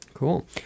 Cool